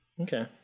Okay